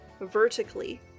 vertically